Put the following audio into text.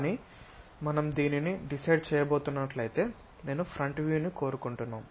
కానీ మనం దీనిని డిసైడ్ చేయబోతున్నట్లయితే నేను ఫ్రంట్ వ్యూను కోరుకుంటున్నాం